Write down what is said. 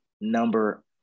number